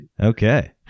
Okay